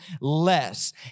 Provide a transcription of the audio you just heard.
less